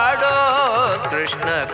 Krishna